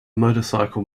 motorcycle